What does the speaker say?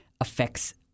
affects